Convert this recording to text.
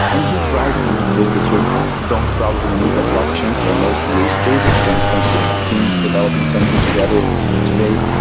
and he's right when he says that you don't probably need a blockchain for most use cases when it comes to teams developing something together today.